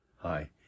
Hi